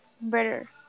better